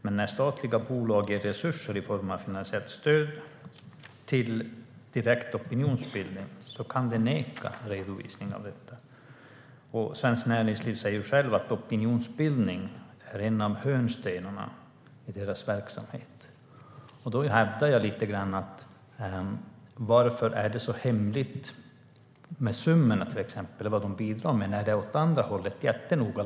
Men när statliga bolag ger resurser i form av finansiellt stöd till direkt opinionsbildning kan de neka redovisning av detta, och Svenskt Näringsliv säger själv att opinionsbildning är en av hörnstenarna i deras verksamhet. Därför undrar jag lite grann varför det är så hemligt med till exempel summorna eller vad de bidrar till, när det åt andra hållet är jättenoga.